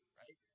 right